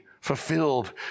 fulfilled